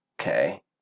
Okay